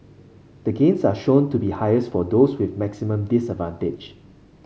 the gains are shown to be highest for those with maximum disadvantage